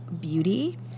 beauty